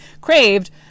craved